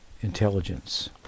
intelligence